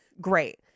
Great